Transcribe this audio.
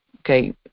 okay